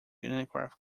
aircraft